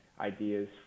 ideas